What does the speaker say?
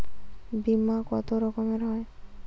বিমা কত রকমের হয়?